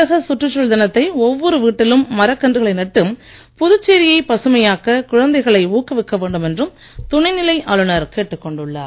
உலகச் சுற்றுச்சூழல் தினத்தை ஒவ்வொரு வீட்டிலும் மரக்கன்றுகளை நட்டு புதுச்சேரியை பசுமையாக்க குழந்தைகளை ஊக்குவிக்க வேண்டும் என்றும் துணைநிலை ஆளுனர் கேட்டுக்கொண்டுள்ளார்